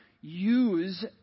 use